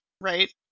right